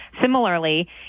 Similarly